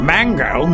Mango